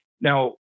Now